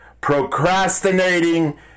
Procrastinating